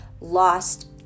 lost